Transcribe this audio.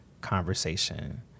conversation